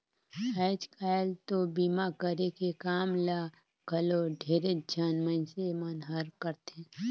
आयज कायल तो बीमा करे के काम ल घलो ढेरेच झन मइनसे मन हर करथे